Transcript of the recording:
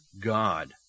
God